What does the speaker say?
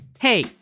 Hey